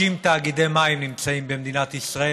60 תאגידי מים נמצאים במדינת ישראל.